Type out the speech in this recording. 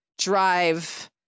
drive